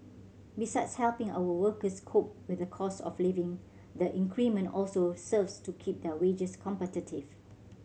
besides helping our workers cope with the cost of living the increment also serves to keep their wages competitive